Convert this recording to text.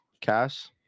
cash